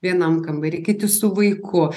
vienam kambary kiti su vaiku